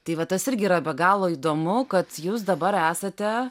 tai va tas irgi yra be galo įdomu kad jūs dabar esate